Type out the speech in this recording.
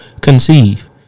conceive